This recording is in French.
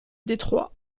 détroit